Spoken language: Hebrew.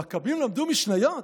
המכבים למדו משניות?